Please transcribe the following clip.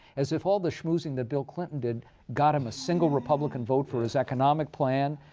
as if all the schmoozing that bill clinton did got him a single republican vote for his economic plan.